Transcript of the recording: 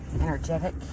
energetic